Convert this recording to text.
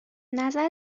نظر